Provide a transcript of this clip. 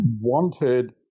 wanted